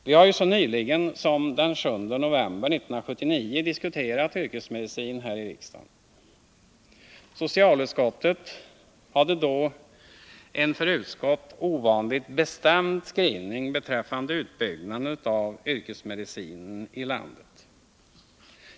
Vi har så nyligen som den 7 november 1979 här i riksdagen diskuterat yrkesmedicin. Socialutskottet hade då en för utskottet ovanligt bestämd skrivning beträffande utbyggnaden av yrkesmedicinen i landet.